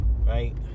right